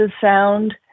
sound